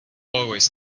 always